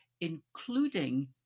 including